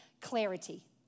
Clarity